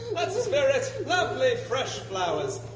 that's the spirit, lovely fresh flowers,